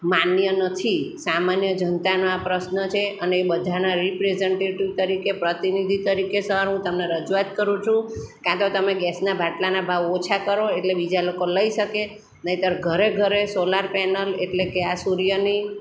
માન્ય નથી સામાન્ય જનતાનો આ પ્રશ્ન છે અને એ બધાના રિપ્રેઝન્ટેટીવ તરીકે પ્રતિનિધિ તરીકે સર હું તમને રજૂઆત કરું છું કાં તો તમે ગેસના બાટલાના ભાવ ઓછા કરો એટલે બીજા લોકો લઈ શકે નહીંતર ઘરે ઘરે સોલાર પેનલ એટલે કે આ સૂર્યની